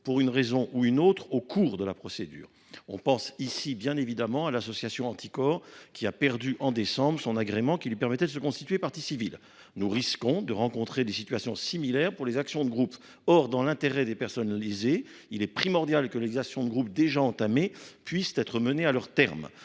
pour une raison ou une autre, au cours de la procédure. On pense ici, bien évidemment, à l’association Anticor, qui a perdu en décembre dernier l’agrément qui lui permettait de se constituer partie civile. Nous risquons de rencontrer des situations similaires pour les actions de groupe. Or, dans l’intérêt des personnes lésées, il est primordial que les procédures entamées puissent être menées à leur terme.